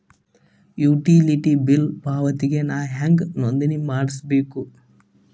Utility bill ಪಾವತಿಗೆ ನಾ ಹೆಂಗ್ ನೋಂದಣಿ ಮಾಡ್ಸಬೇಕು?